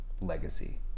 legacy